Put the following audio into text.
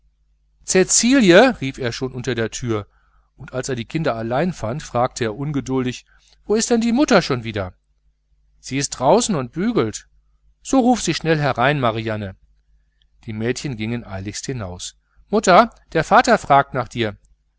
cäcilie rief er schon unter der türe und als er die kinder allein fand fragte er ungeduldig wo ist denn die mutter schon wieder sie ist draußen und bügelt so ruft sie herein schnell marianne die mädchen gingen eiligst hinaus mutter der vater fragt nach dir